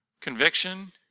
conviction